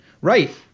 right